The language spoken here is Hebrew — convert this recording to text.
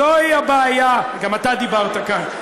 זוהי הבעיה, גם אתה דיברת כאן.